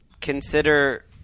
consider –